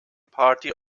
party